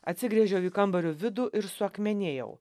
atsigręžiau į kambario vidų ir suakmenėjau